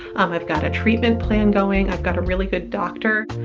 um i've got a treatment plan going. i've got a really good doctor.